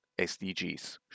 sdgs